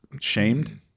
shamed